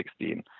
2016